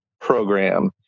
program